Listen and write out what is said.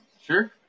Sure